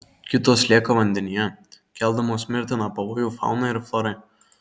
kitos lieka vandenyje keldamos mirtiną pavojų faunai ir florai